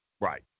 Right